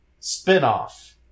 spinoff